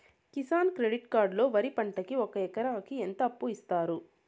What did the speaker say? Kisan credit card లో వరి పంటకి ఒక ఎకరాకి ఎంత అప్పు ఇస్తారు?